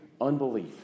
unbelief